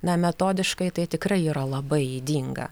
na metodiškai tai tikrai yra labai ydinga